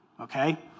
okay